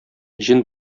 җен